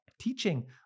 teaching